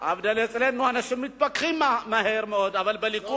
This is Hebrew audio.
שאצלנו אנשים מתפכחים מהר מאוד, אבל בליכוד